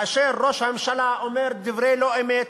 והיא שראש הממשלה אומר דברי לא-אמת,